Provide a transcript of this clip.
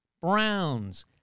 browns